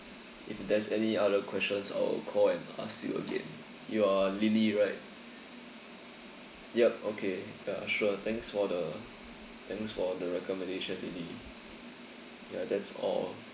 if there's any other questions I will call and ask you again you are lily right yup okay uh sure thanks for the thanks for the recommendation lily ya that's all